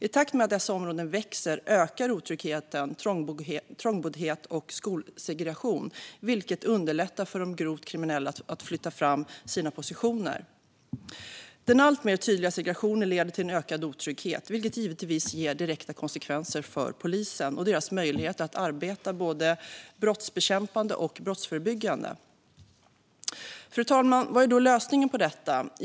I takt med att dessa områden växer ökar otryggheten, trångboddheten och skolsegregationen, vilket underlättar för de grovt kriminella att flytta fram sina positioner. Den alltmer tydliga segregationen leder till en ökad otrygghet, vilket givetvis ger direkta konsekvenser för polisen och deras möjligheter att arbeta både brottsbekämpande och brottsförebyggande. Fru talman! Vad är då lösningen på detta?